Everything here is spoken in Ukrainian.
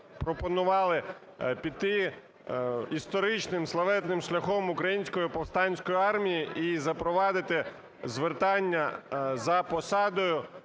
пропонували піти історичним славетним шляхом Української повстанської армії і запровадити звертання за посадою